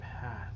path